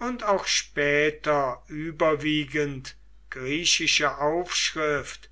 und auch später überwiegend griechische aufschrift